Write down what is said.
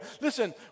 Listen